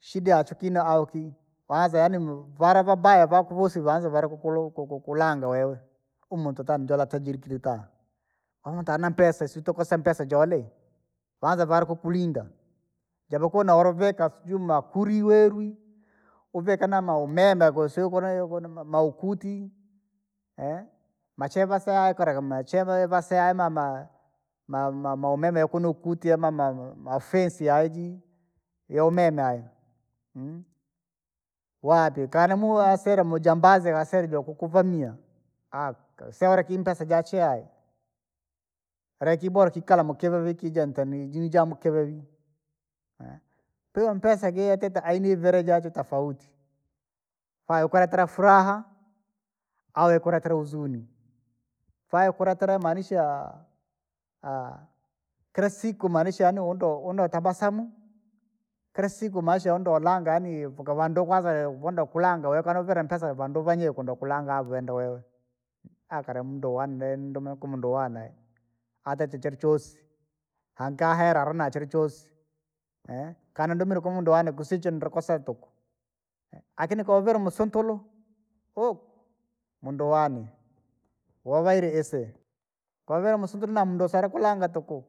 Shida yachukina au kii waza yaani mu vala vabaya vakuvosi vanze valikukulu kuku kulanga wewe, umuntu tani jola tajiri kilita. Umuntu anapesa suitukosa mpesa jole, kwanza valikukulinda, japokuwa naoloveka sijui makuli welwi, vika na maumeme kusyukula maukuti. macheva saa- ikolege macheva eva siamama, ma- ma- maumeme kuno ukutie ma- ma- ma- mafensi yaiji, yaumeme haya, waapi kane muwa asile mujambazi kasile jokuku vamia, aka usele kimpesa ja chai. Lekibora kikala mukivivi kijente ni jija mkevevi, kwahiyo mpesa gie atita ainiviri jajutafauti, faya ukuletera furaha? Au ikuletera huzuni? Faya ukuletera maanishaa! Aaha kilasiku maanisha yaani undo undotabasamu, kila siku maishan yondolanga yaani fuka vandu kwanza lee vunda ukulanga wekana kile mpesa vandu vanye kundokulanga venda wewe. Aaha kala muda uwanda ndume kumundu wane, aja chichira chosi, ankahera aruna chilichosi, kanadumire kwa mundu wane kisichio ndru kosa tuku. akini kouviri musintulu, oku? Munduwane, wowaili isi, kovela musindo ulina musindolinga tuku,